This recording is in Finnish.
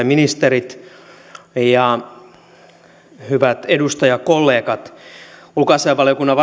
ministerit ja hyvät edustajakollegat ulkoasiainvaliokunnan